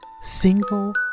single